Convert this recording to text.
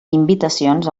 invitacions